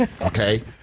Okay